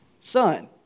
son